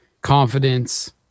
confidence